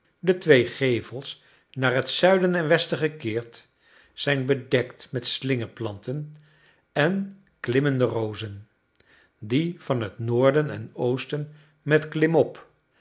de twee gevels naar het zuiden en westen gekeerd zijn bedekt met slingerplanten en klimmende rozen die van het noorden en oosten met klimop